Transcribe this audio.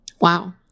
Wow